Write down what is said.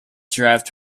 derived